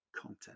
content